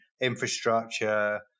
infrastructure